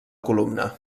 columna